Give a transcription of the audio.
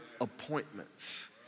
appointments